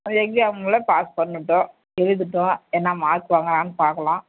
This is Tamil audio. அந்த எக்ஸாம்ல பாஸ் பண்ணட்டும் எழுதட்டும் என்ன மார்க் வாங்குறான்னு பார்க்கலாம்